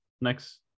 next